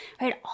Right